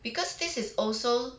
because this is also